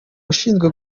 ushinzwe